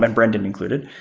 and brendan included.